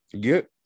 get